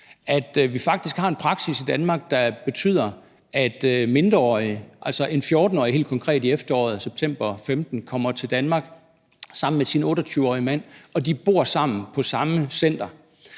at vi faktisk har en praksis i Danmark, der betyder, at en mindreårig, altså helt konkret en 14-årig, i efteråret, september, 2015 kommer til Danmark sammen med sin 28-årige mand og de bor sammen på det samme center,